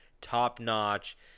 top-notch